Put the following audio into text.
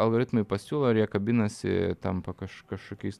algoritmai pasiūlo ir jie kabiasi tampa kaž kažkokiais